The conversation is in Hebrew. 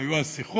והיו אז שיחות,